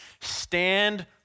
Stand